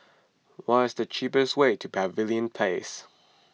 what is the cheapest way to Pavilion Place